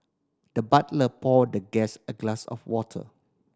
the butler poured the guest a glass of water